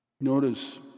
Notice